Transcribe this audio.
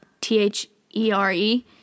T-H-E-R-E